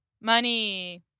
Money